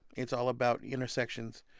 it's all about intersections.